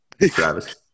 Travis